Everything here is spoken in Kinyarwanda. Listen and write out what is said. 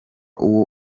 uwo